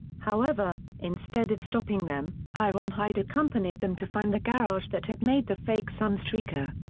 however, instead of stopping them, ironhide accompanied them to find the garage that had made the fake sunstreaker.